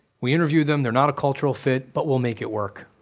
we interviewed them, they're not a cultural fit, but we'll make it work.